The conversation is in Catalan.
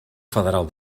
federal